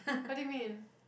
what do you mean